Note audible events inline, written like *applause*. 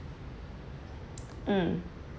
*noise* mm